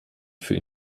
für